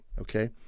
Okay